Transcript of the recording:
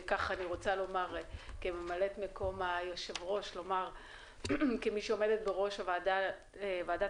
כממלאת מקום היושב-ראש וכמי שעומדת בראש ועדת